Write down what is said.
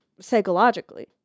psychologically